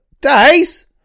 days